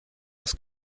das